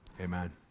Amen